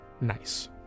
nice